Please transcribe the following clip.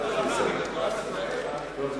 שהצעת החוק של חבר הכנסת נסים זאב לשמירה על